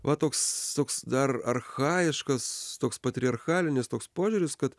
va toks toks dar archajiškas toks patriarchalinis toks požiūris kad